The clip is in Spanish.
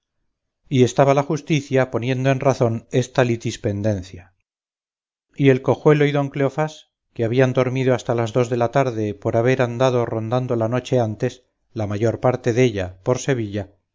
y estaba la justicia poniendo en razón esta litispendencia y el cojuelo y don cleofás que habían dormido hasta las dos de la tarde por haber andado rondando la noche antes la mayor parte della por sevilla